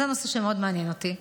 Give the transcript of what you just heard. זה נושא שמאוד מעניין אותי,